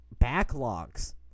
backlogs